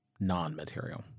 non-material